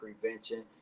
prevention